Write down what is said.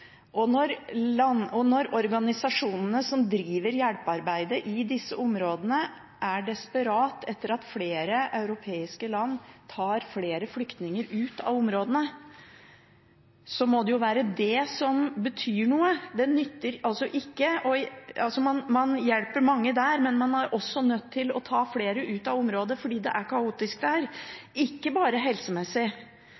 deler. Når organisasjonene som driver hjelpearbeidet i disse områdene, er desperate etter at flere europeiske land tar flere flyktninger ut av områdene, må det jo være det som betyr noe. Man hjelper mange der, men man er også nødt til å ta flere ut av områdene fordi det er kaotisk der.